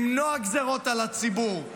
למנוע גזירות על הציבור,